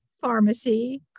pharmacy